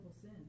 sin